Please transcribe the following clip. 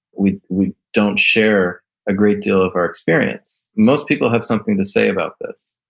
we we don't share a great deal of our experience. most people have something to say about this.